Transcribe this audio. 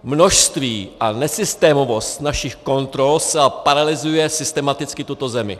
Množství a nesystémovost našich kontrol zcela paralyzuje systematicky tuto zemi.